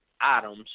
items